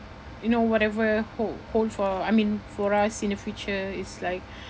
you know whatever hold hold for I mean for us in the future it's like